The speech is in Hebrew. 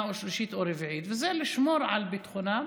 או שלישית או רביעית: לשמור על ביטחונם